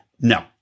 No